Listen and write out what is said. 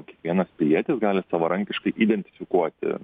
kiekvienas pilietis gali savarankiškai identifikuoti